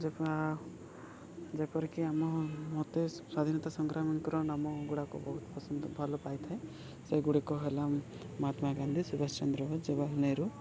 ଯେ ଆ ଯେପରିକି ଆମ ମୋତେ ସ୍ଵାଧୀନତା ସଂଗ୍ରାମୀଙ୍କର ନାମ ଗୁଡ଼ାକ ବହୁତ ପସନ୍ଦ ଭଲ ପାଇଥାଏ ସେଗୁଡ଼ିକ ହେଲା ମହାତ୍ମା ଗାନ୍ଧୀ ସୁବାଷ ଚନ୍ଦ୍ର ଜବାହାରଲାଲ ନେହେରୁ